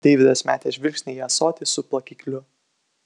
deividas metė žvilgsnį į ąsotį su plakikliu